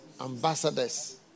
ambassadors